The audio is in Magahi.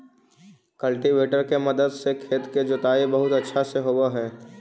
कल्टीवेटर के मदद से खेत के जोताई बहुत अच्छा से होवऽ हई